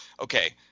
okay